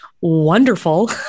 wonderful